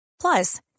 Plus